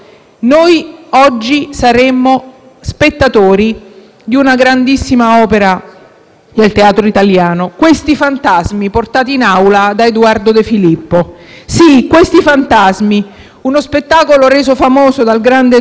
spettatori di una grandissima opera del teatro italiano: «Questi fantasmi!», portati in Aula da Eduardo De Filippo. Sì, «Questi fantasmi!»", uno spettacolo reso famoso dal grande Eduardo, un testo nel quale,